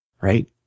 right